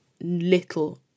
little